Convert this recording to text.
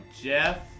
Jeff